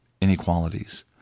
inequalities